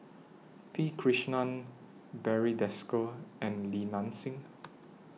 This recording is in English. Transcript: P Krishnan Barry Desker and Li Nanxing